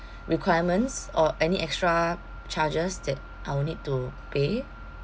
requirements or any extra charges that I'll need to pay